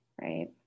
right